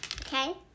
Okay